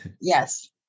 Yes